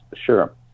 sure